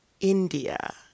India